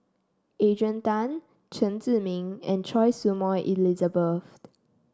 Adrian Tan Chen Zhiming and Choy Su Moi Elizabeth